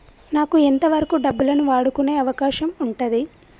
నాకు ఎంత వరకు డబ్బులను వాడుకునే అవకాశం ఉంటది?